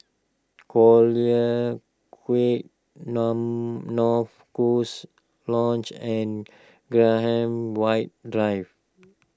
Collyer Quay long North goose Lodge and Graham White Drive